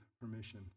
permission